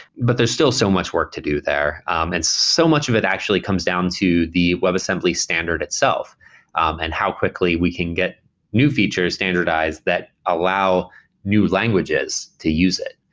but there's still so much work to do there, um and so much of it actually comes down to the webassembly standard itself and how quickly we can get new features standardize that allow allow new languages to use it.